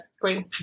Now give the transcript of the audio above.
Green